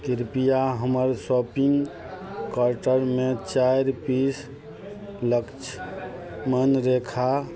कृपया हमर शॉपिन्ग काॅर्टमे चारि पीस लक्ष्मणरेखा